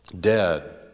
dead